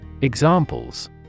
Examples